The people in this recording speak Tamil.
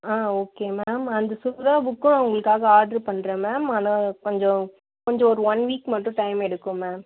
ஆ ஓகே மேம் அந்த சுறா புக்கும் உங்களுக்காக ஆர்டர் பண்றேன் மேம் ஆனால் கொஞ்சம் கொஞ்சம் ஒரு ஒன் வீக் மட்டும் டைம் எடுக்கும் மேம்